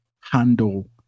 handle